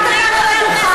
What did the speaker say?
עמדת כאן על הדוכן,